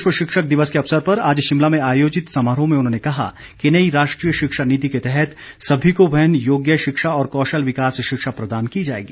विश्व शिक्षक दिवस के अवसर पर आज शिमला में आयोजित समारोह में उन्होंने कहा कि नई राष्ट्रीय शिक्षा नीति के तहत सभी को वहन योग्य शिक्षा और कौशल विकास शिक्षा प्रदान की जाएगी